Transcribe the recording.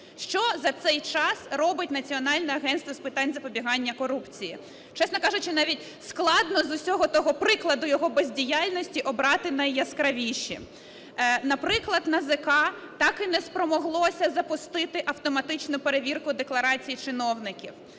Що за цей час робить Національне агентство з питань запобігання корупції? Чесно кажучи, навіть складно з усього того прикладу його бездіяльності обрати найяскравіші. Наприклад, НАЗК так і не спромоглося запустити автоматичну перевірку декларацій чиновників